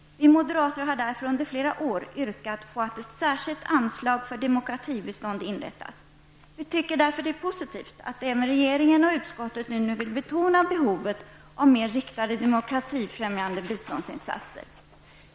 Vi moderater har därför under flera år yrkat på att ett särskilt anslag för demokratibistånd inrättas. Vi tycker därför att det är positivt att även regeringen och utskottet nu vill betona behovet av mer riktade demokratifrämjande biståndsinsatser.